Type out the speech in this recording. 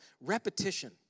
repetition